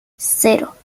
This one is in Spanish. cero